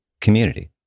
community